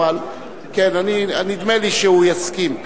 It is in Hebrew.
אבל נדמה לי שהוא יסכים.